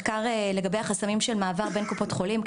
מחקר לגבי החסמים של מעבר בין קופות חולים כי